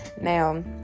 Now